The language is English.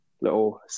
little